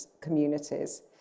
communities